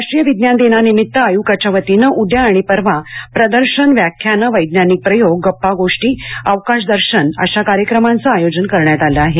राष्ट्रीय विज्ञान दिनानिमित्त आयुकाच्या वतीने उद्या आणि परवा प्रदर्शनव्याख्यानंवैज्ञानिक प्रयोग गप्पागोष्टी अवकाश दर्शन अशा कार्यक्रमांचं आयोजन करण्यात आलं आहे